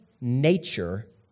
nature